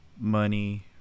money